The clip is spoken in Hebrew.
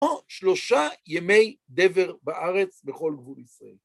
או שלושה ימי דבר בארץ בכל גבול ישראל.